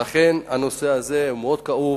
לכן הנושא הזה הוא מאוד כאוב.